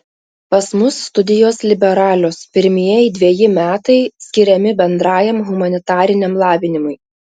pas mus studijos liberalios pirmieji dveji metai skiriami bendrajam humanitariniam lavinimui